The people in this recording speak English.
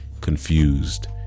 confused